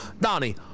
Donnie